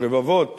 רבבות